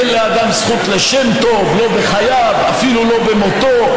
אין לאדם זכות לשם טוב לא בחייו, אפילו לא במותו.